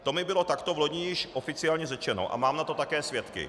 To mi bylo takto vloni již oficiálně řečeno a mám na to také svědky.